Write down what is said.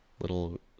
little